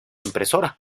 impresora